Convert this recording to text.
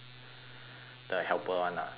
the helper one lah the helper T-shirt